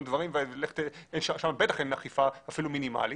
דברים ושם בטח אין אכיפה אפילו מינימלית,